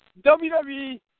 WWE